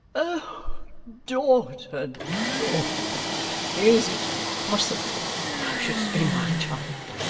o daughter, daughter is it possible thou shouldst be my child,